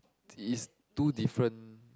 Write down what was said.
is two different